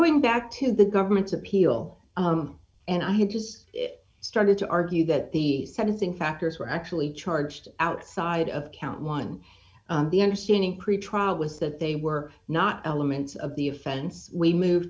going back to the government's appeal and i had just started to argue that the sentencing factors were actually charged outside of count one the understanding pretrial was that they were not elements of the offense we moved